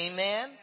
Amen